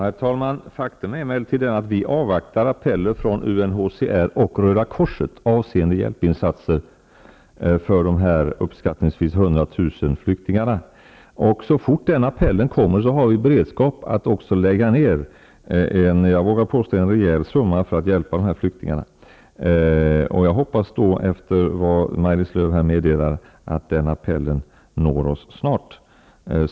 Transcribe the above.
Herr talman! Ett faktum är emellertid att vi avvaktar appeller från UNHCR och Röda korset avseende hjälpinsatser för de uppskattningsvis 100 000 flyk tingarna. Så fort dessa appeller kommer, har vi beredskap för att avsätta en rejäl summa pengar för att hjälpa dessa flyktingar. Efter vad Maj-Lis Lööw här meddelar hoppas jag att appellerna når oss snart.